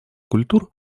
культур